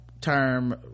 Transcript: term